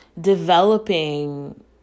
developing